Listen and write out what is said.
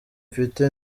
mfite